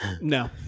no